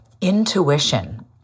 intuition